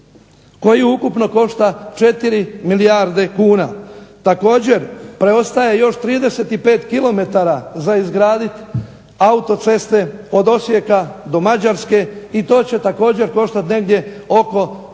koji ukupno košta 4 milijarde kuna. Također preostaje još 35 km za izgraditi autoceste od Osijeka do Mađarske, i to će također koštati negdje oko 200